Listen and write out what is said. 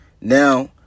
Now